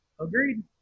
Agreed